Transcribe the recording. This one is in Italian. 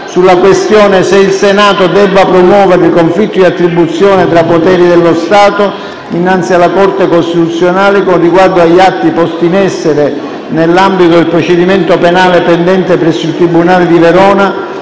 sulla questione se il Senato debba promuovere conflitto di attribuzione tra poteri dello Stato innanzi alla Corte costituzionale con riguardo agli atti posti in essere nell'ambito del procedimento penale pendente presso il tribunale di Verona